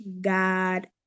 God